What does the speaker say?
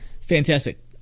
Fantastic